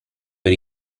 per